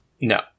No